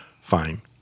fine